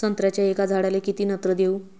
संत्र्याच्या एका झाडाले किती नत्र देऊ?